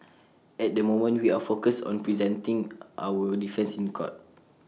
at the moment we are focused on presenting our defence in court